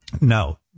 No